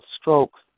strokes